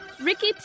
Ricky